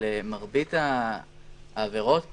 מרבית העבירות פה,